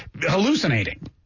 hallucinating